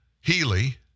Healy